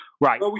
Right